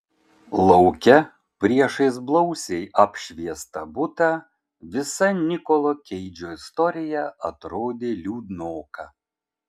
lauke priešais blausiai apšviestą butą visa nikolo keidžo istorija atrodė liūdnoka